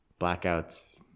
blackouts